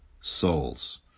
souls